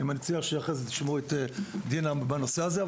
אני מציע שאחרי זה תשמעו את דינה בנושא הזה.